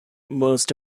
most